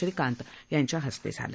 श्रीकांत यांच्या हस्तझिलं